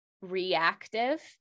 reactive